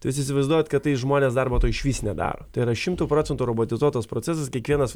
tai jūs įsivaizduojat kad tai žmonės darbo to išvis nedaro tai yra šimtu procentų robotizuotas procesas kiekvienas